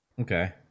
Okay